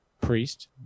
priest